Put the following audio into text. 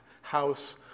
house